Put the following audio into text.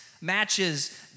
matches